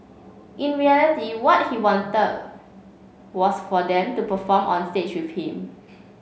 in reality what he wanted was for them to perform on stage with him